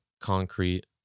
concrete